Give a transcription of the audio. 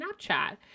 Snapchat